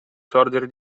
sorgere